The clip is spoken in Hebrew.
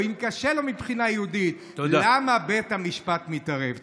אם קשה לו מבחינה יהודית, למה בית המשפט מתערב?